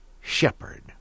shepherd